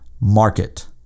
market